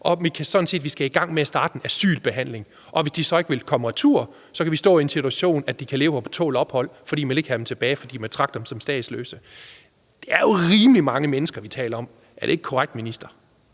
set skal i gang med at starte en asylbehandling. Og hvis de så ikke vil tage retur, kan vi stå i en situation, hvor de kan leve her på tålt ophold, fordi man ikke vil have dem tilbage, fordi man betragter dem som statsløse. Det er jo rimelig mange mennesker, vi taler om. Er det ikke korrekt, minister?